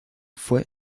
fue